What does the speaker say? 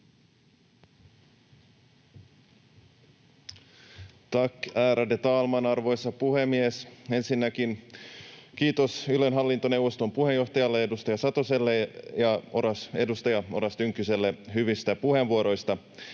Tack, ärade talman, arvoisa puhemies! Ensinnäkin kiitos Ylen hallintoneuvoston puheenjohtajalle, edustaja Satoselle, ja edustaja Oras Tynkkyselle hyvistä puheenvuoroista.